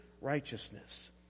righteousness